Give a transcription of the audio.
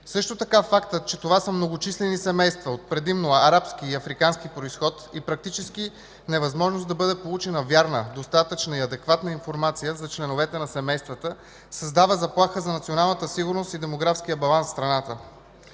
Също така фактът, че това са многочислени семейства от предимно арабски и африкански произход и практически невъзможност да бъде получена вярна, достатъчна и адекватна информация за членовете на семействата, създава заплаха за националната сигурност и демографския баланс в страната.